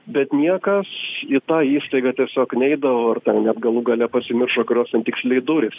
bet niekas į tą įstaigą tiesiog neeidavo net galų gale pasimiršo kurios ten tiksliai durys